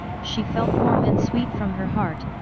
she felt warm and sweet from her heart,